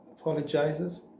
apologizes